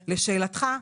לשאלתך,